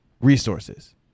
resources